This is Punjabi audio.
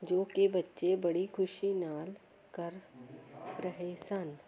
ਜੋ ਕਿ ਬੱਚੇ ਬੜੀ ਖੁਸ਼ੀ ਨਾਲ ਕਰ ਰਹੇ ਸਨ